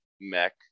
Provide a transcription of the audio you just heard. mech